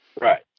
Right